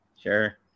Sure